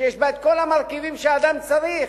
שיש בה כל המרכיבים שאדם צריך,